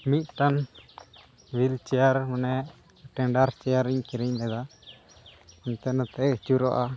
ᱢᱤᱫᱴᱟᱝ wheelchair ᱢᱟᱱᱮ ᱴᱮᱰᱟᱨ ᱪᱮᱭᱟᱨ ᱤᱧ ᱠᱤᱨᱤᱧ ᱞᱮᱫᱟ